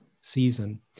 season